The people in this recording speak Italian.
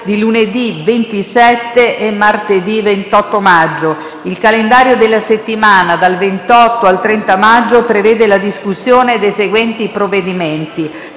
di lunedì 20 e martedì 21 maggio. Il calendario della settimana dal 28 al 30 maggio prevede la discussione dei seguenti provvedimenti: